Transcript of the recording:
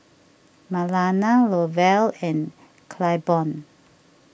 Marlana Lovell and Claiborne